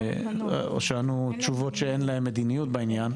או שענו תשובות שאין להן מדיניות בעניין,